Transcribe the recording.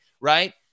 right